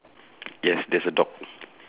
yes there's a dog